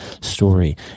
story